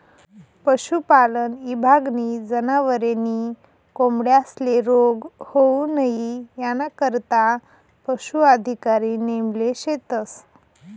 पशुपालन ईभागनी जनावरे नी कोंबड्यांस्ले रोग होऊ नई यानाकरता पशू अधिकारी नेमेल शेतस